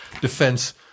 defense